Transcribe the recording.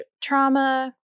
trauma